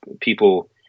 people